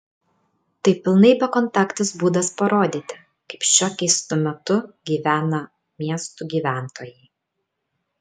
tai pilnai bekontaktis būdas parodyti kaip šiuo keistu metu gyvena miestų gyventojai